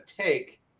take